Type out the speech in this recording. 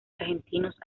argentinos